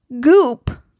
goop